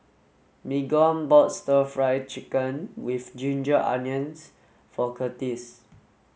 Mignon bought stir fried chicken with ginger onions for Curtis